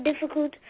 difficult